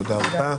תודה רבה.